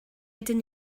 ydyn